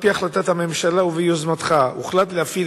על-פי החלטת הממשלה וביוזמתך הוחלט להפעיל